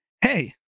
hey